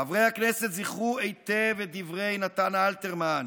חברי הכנסת, זכרו היטב את דברי נתן אלתרמן: